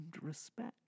respect